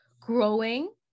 growing